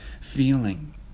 feeling